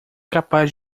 capaz